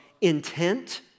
intent